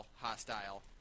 hostile